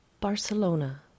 Barcelona